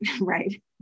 right